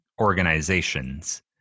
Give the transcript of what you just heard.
Organizations